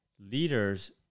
leaders